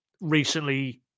Recently